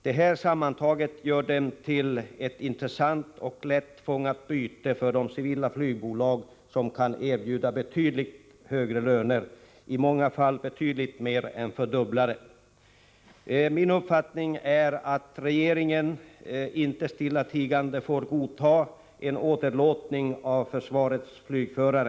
Detta sammantaget gör dem till ett intressant och lättfångat byte för de civila flygbolag som kan erbjuda betydligt högre löner, i många fall betydligt mer än fördubblade löner. Min uppfattning är att regeringen inte stillatigande får godta att försvaret åderlåts på flygförare.